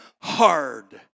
hard